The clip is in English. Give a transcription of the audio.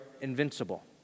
invincible